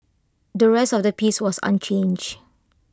the rest of the piece was unchanged